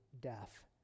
death